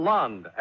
Lund